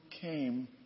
came